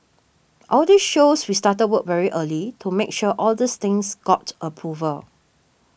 all this shows we started work very early to make sure all these things got approval